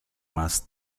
más